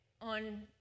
on